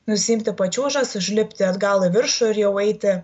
nusiimti pačiūžas užlipti atgal į viršų ir jau eiti